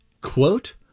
quote